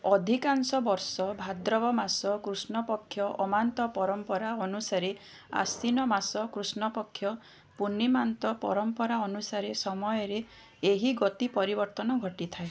ଅଧିକାଂଶ ବର୍ଷ ଭାଦ୍ରବ ମାସ କୃଷ୍ଣପକ୍ଷ ଅମାନ୍ତ ପରମ୍ପରା ଅନୁସାରେ ଆଶ୍ଵିନ ମାସ କୃଷ୍ଣପକ୍ଷ ପୂର୍ଣ୍ଣିମାନ୍ତ ପରମ୍ପରା ଅନୁସାରେ ସମୟରେ ଏହି ଗତି ପରିବର୍ତ୍ତନ ଘଟିଥାଏ